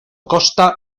costa